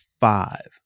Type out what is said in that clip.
Five